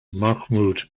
mahmud